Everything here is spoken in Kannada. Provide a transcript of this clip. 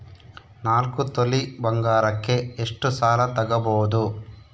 ನಾಲ್ಕು ತೊಲಿ ಬಂಗಾರಕ್ಕೆ ಎಷ್ಟು ಸಾಲ ತಗಬೋದು?